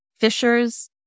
fishers